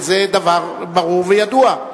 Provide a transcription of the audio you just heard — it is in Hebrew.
וזה דבר ברור וידוע.